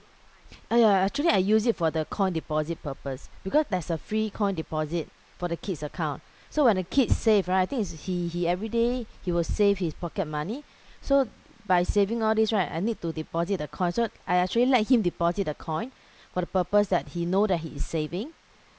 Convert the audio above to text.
ah yeah actually I use it for the coin deposit purpose because there's a free coin deposit for the kid's account so when a kid save right I think he he everyday he will save his pocket money so by saving all this right I need to deposit the coin so I actually let him deposit the coin for the purpose that he know that he is saving